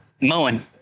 mowing